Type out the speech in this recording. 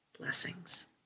blessings